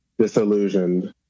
disillusioned